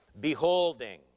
...beholding